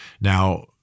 Now